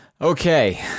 Okay